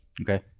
Okay